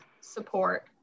support